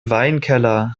weinkeller